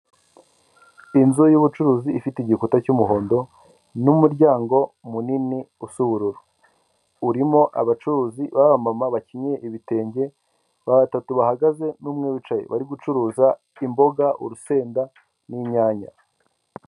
Inzu y'ubucuruzi ifite igikuta cy'umuhondo n'umuryango munini usa ubururu, urimo abacuruzi b'abamamama bakennye ibitenge batatu bahagaze n'umwe wicaye, bari gucuruza imboga, urusenda n'inyanya.